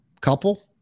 couple